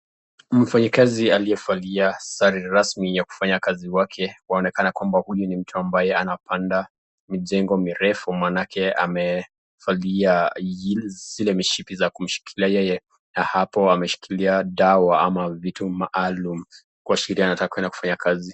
Mfanyi kazi aliyevalia sare rasmi ya kazi yake yaonekana kwamba ni mtu ambaye anapanda mijengo mirefu maanake amevalia shile mishipi za kushikilia yeye hapo ameshikilia dawa ama vitu maalum kuashiria anataka kuenda kufanya kazi.